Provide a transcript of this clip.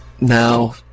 Now